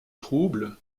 troubles